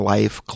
Life